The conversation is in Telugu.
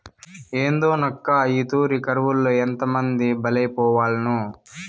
ఏందోనక్కా, ఈ తూరి కరువులో ఎంతమంది బలైపోవాల్నో